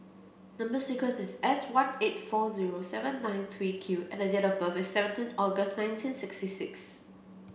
number sequence is S one eight four zero seven nine three Q and date of birth is seventeen August nineteen sixty six